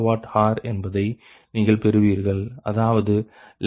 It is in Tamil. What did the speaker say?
40 RsMWhr என்பதை நீங்கள் பெறுவீர்கள் அதாவது 1min46